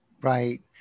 Right